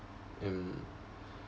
um